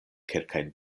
kelkajn